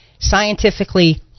scientifically